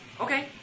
Okay